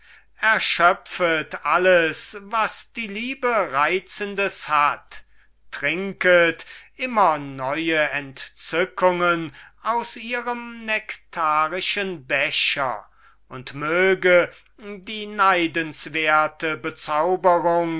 erschöpfet alles was die liebe reizendes hat trinket immer neue entzückungen aus ihrem nektarischen becher und möge die neidenswerte bezauberung